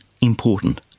important